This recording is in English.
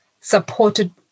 supported